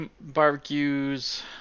barbecues